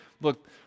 look